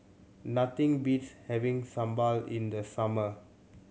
nothing beats having sambal in the summer